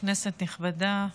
כנסת נכבדה,